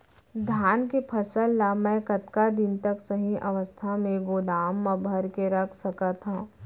धान के फसल ला मै कतका दिन तक सही अवस्था में गोदाम मा भर के रख सकत हव?